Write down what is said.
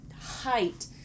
height